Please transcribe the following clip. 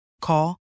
Call